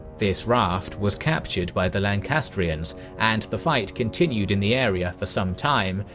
this raft was captured by the lancastrians, and the fight continued in the area for some time,